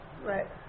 right